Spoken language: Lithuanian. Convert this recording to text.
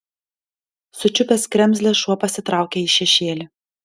sučiupęs kremzlę šuo pasitraukė į šešėlį